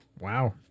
Wow